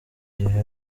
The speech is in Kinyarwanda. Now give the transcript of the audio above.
gihe